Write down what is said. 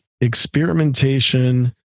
experimentation